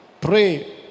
Pray